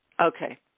Okay